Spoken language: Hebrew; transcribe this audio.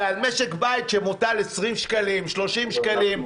על משק בית מוטלים 20 שקלים, 30 שקלים.